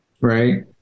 right